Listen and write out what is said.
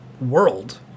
world